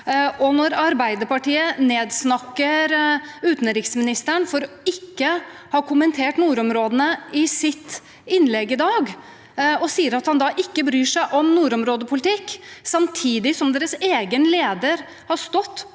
Og Arbeiderpartiet nedsnakker utenriksministeren for ikke å ha kommentert nordområdene i sitt innlegg i dag og sier at han ikke bryr seg om nordområdepolitikk, samtidig som deres egen leder har stått på